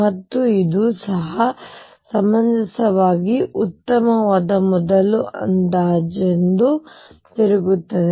ಮತ್ತು ಇದು ಸಹ ಸಮಂಜಸವಾಗಿ ಉತ್ತಮ ಮೊದಲ ಅಂದಾಜು ಎಂದು ತಿರುಗುತ್ತದೆ